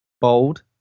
bold